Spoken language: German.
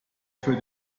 für